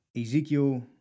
Ezekiel